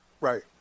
Right